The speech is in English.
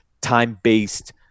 time-based